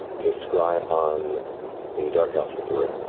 to scry on the dark elf that you're